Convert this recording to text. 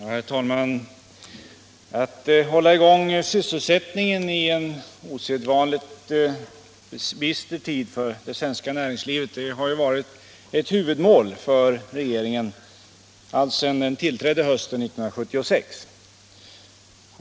Herr talman! Att hålla i gång sysselsättningen i en osedvanligt bister tid för det svenska näringslivet har varit ett huvudmål för regeringen allt sedan den tillträdde hösten 1976.